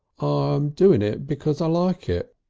i'm doing it because i like it.